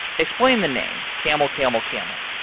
explain the name camelcamelcamel